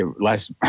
last